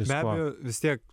be abejo vis tiek